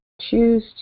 choose